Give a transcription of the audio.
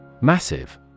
Massive